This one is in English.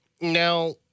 now